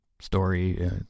story